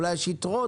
אולי יש יתרות.